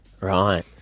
Right